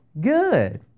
good